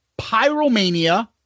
Pyromania